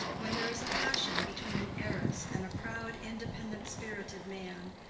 when there is a passion between an heiress and a proud independent-spirited man,